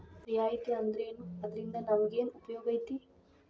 ರಿಯಾಯಿತಿ ಅಂದ್ರೇನು ಅದ್ರಿಂದಾ ನಮಗೆನ್ ಉಪಯೊಗೈತಿ?